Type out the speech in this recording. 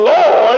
Lord